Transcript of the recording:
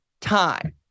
time